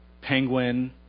penguin